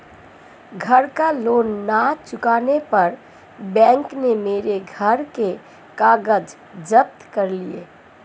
घर का लोन ना चुकाने पर बैंक ने मेरे घर के कागज जप्त कर लिए